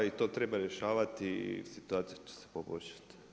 I to treba rješavati i situacija će se poboljšati.